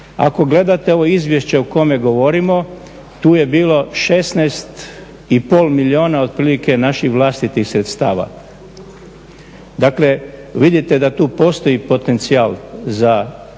Ako gledate ovo izvješće o kome govorimo, tu je bilo 16,5 milijuna otprilike naših vlastitih sredstava. Dakle vidite da tu postoji potencijal za financiranje